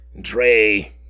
dre